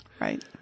Right